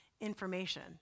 information